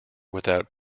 without